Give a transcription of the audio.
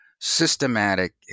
systematic